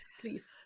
Please